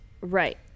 Right